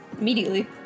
immediately